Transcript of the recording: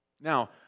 Now